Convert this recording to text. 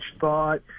thought